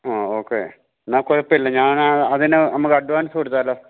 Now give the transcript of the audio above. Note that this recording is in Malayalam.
ആ ഓക്കെ എന്നാൽ കുഴപ്പമില്ല ഞാൻ അതിന് നമുക്ക് അഡ്വാൻസ് കൊടുത്താലോ